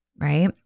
right